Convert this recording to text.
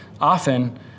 often